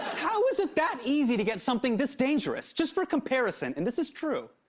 how is it that easy to get something this dangerous? just for comparison, and this is true,